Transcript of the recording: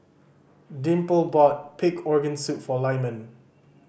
Dimple bought pig organ soup for Lyman